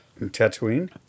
Tatooine